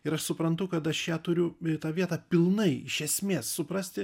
ir aš suprantu kad aš ją turiu tą vietą pilnai iš esmės suprasti